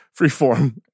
Freeform